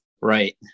Right